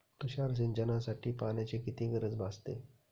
तुषार सिंचनासाठी पाण्याची किती गरज भासते?